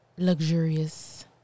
Luxurious